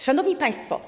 Szanowni Państwo!